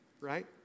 right